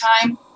time